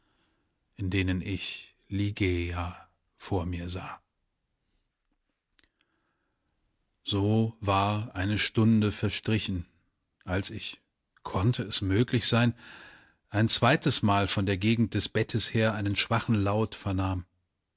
in denen ich ligeia vor mir sah so war eine stunde verstrichen als ich konnte es möglich sein ein zweites mal von der gegend des bettes her einen schwachen laut vernahm